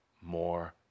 more